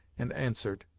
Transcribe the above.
and answered